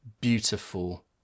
beautiful